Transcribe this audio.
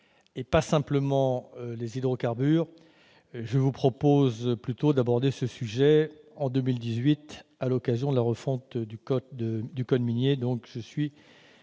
et pas simplement les hydrocarbures, je propose d'aborder le sujet en 2018, à l'occasion de la refonte du code minier. L'avis